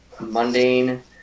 mundane